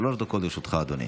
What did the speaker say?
שלוש דקות לרשותך, אדוני.